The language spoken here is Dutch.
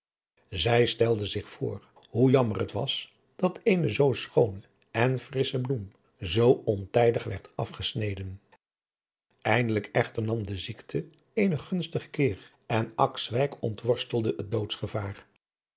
zij stelde zich voor hoe jammer het was dat eene zoo schoone en frissche bloem zoo ontijdig werd afgesneden eindelijk echter nam de ziekte eenen gunstigen keer en akswijk ontworstelde het doodsgevaar